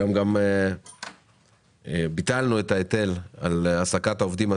היום גם ביטלנו את ההיטל על העסקת העובדים הזרים.